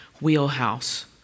wheelhouse